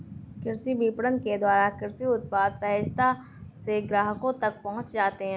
कृषि विपणन के द्वारा कृषि उत्पाद सहजता से ग्राहकों तक पहुंच जाते हैं